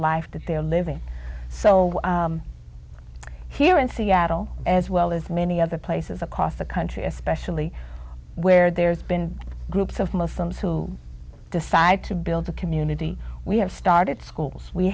life that they're living so here in seattle as well as many other places across the country especially where there's been groups of muslims who decide to build the community we have started schools we